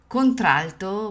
Contralto